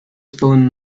stolen